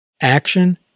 Action